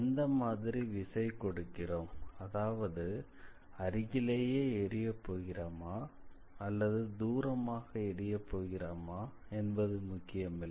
எந்த மாதிரி விசை கொடுக்கிறோம் அதாவது அருகிலேயே எறிய போகிறோமா தூரமாக எறிய போகிறோமா என்பது முக்கியமில்லை